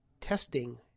testing